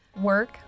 Work